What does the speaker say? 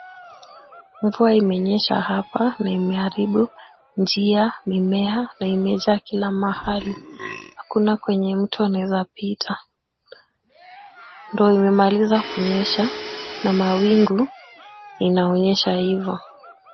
Mvua imenyesha hapa na imeharibu njia, mimea na imejaa kila mahali. Hakuna kwenye mtu anaweza pita. Ndo imemaliza kunyesha na mawingu inaonyesha hivo.